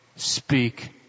Speak